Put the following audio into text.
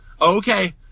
okay